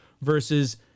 versus